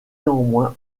néanmoins